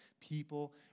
People